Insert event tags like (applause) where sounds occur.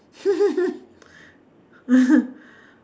(laughs)